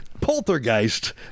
Poltergeist